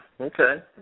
Okay